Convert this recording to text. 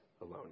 alone